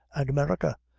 an' america,